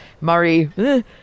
Murray